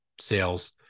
sales